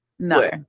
No